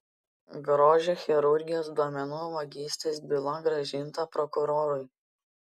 grožio chirurgijos duomenų vagystės byla grąžinta prokurorui